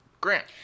Grant